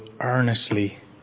earnestly